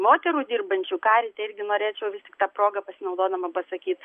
moterų dirbančių karite irgi norėčiau vis tik ta proga pasinaudodama pasakyt